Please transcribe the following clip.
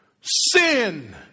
Sin